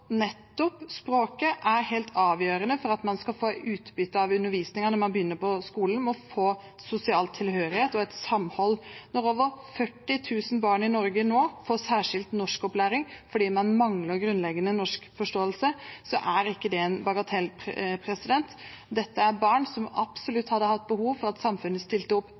nettopp språket er helt avgjørende for at man skal få utbytte av undervisningen når man begynner på skolen, for å få sosial tilhørighet og et samhold. Det er nå over 40 000 barn i Norge som får særskilt norskopplæring fordi de mangler grunnleggende norskforståelse. Det er ikke en bagatell. Dette er barn som absolutt hadde hatt behov for at samfunnet stilte opp